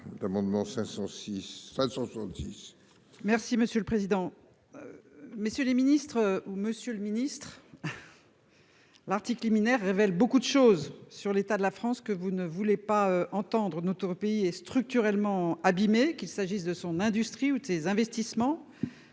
Merci monsieur le président.